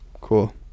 Cool